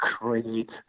create